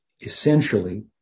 essentially